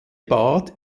bad